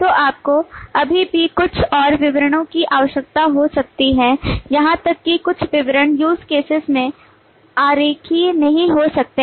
तो आपको अभी भी कुछ और विवरणों की आवश्यकता हो सकती है यहां तक कि कुछ विवरण use cases में आरेखीय नहीं हो सकते हैं